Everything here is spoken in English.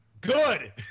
good